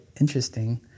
interesting